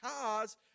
cars